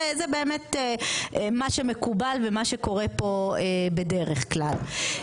זה באמת מה שמקובל ומה שקורה פה בדרך כלל.